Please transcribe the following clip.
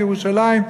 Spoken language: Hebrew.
בירושלים,